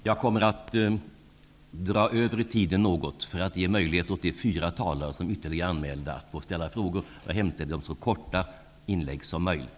Jag kommer att något dra över tiden för att ge de fyra ytterligare talare som är anmälda möjlighet att ställa frågor. Jag hemställer om så korta inlägg som möjligt.